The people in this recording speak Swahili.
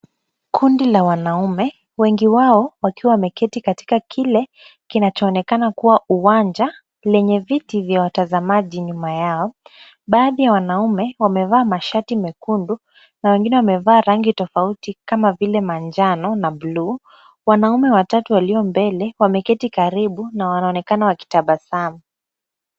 Kundi la wanaume wengi wao wakiwa wameketi katika kile kinachoonekana kuwa uwanja lenye viti vya watazamaji nyuma yao. Baadhi ya wanaume wamevaa mashati mekundu na wengine wamevaa rangi tofauti kama vile manjano na bluu. Wanaume watatu walio mbele wameketi karibu na wanaonekana wakitabasamu.